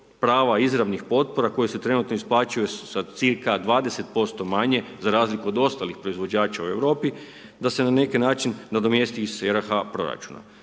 prava izravnih potpora koje se trenutno isplaćuje sa cirka 20% manje, za razliku od ostalih proizvođača u Europi, da se na neki način nadomjesti iz RH proračuna.